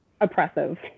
Oppressive